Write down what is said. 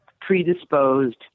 predisposed